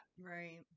Right